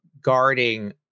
guarding